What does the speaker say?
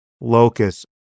locus